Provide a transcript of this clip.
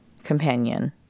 companion